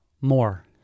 More